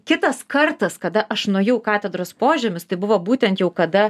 kitas kartas kada aš nuėjau į katedros požemius tai buvo būtent jau kada